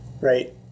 right